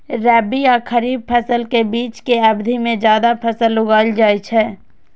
रबी आ खरीफ फसल के बीच के अवधि मे जायद फसल उगाएल जाइ छै